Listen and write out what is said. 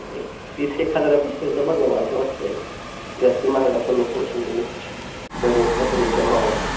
एक तीस एक हजारात असेल तर बघावा असं वाटतं आहे जास्ती महागडापण नको शेवटी बजेटचा पण विचार व्हावा